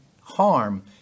harm